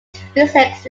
physics